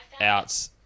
out